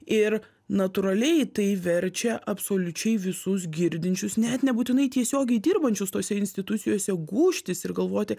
ir natūraliai tai verčia absoliučiai visus girdinčius net nebūtinai tiesiogiai dirbančius tose institucijose gūžtis ir galvoti